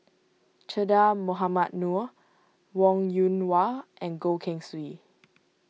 Che Dah Mohamed Noor Wong Yoon Wah and Goh Keng Swee